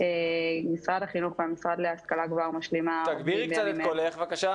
משרד החינוך והמשרד להשכלה גבוהה ומשלימה עובדים בימים אלו